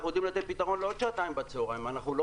אנחנו יודעים לתת פתרון לעוד שעתיים בצוהריים.